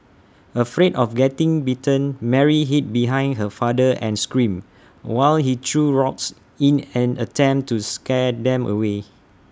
afraid of getting bitten Mary hid behind her father and screamed while he threw rocks in an attempt to scare them away